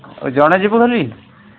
ଜଣେ ଯିବ ହେରି